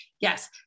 Yes